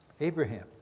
Abraham